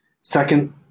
Second